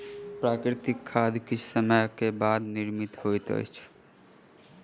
प्राकृतिक खाद किछ समय के बाद निर्मित होइत अछि